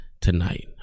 tonight